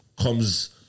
comes